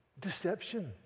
Deception